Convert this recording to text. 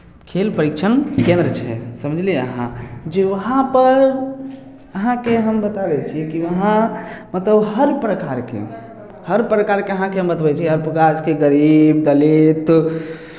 खेल परीक्षण केन्द्र छै समझलियै अहाँ जे वहाँपर अहाँकेँ हम बता दै छी कि वहाँ मतलब हर प्रकारके हर प्रकारके अहाँके हम बतबै छी हर प्रकारके गरीब दलित